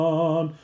on